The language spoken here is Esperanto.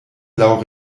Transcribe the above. laŭ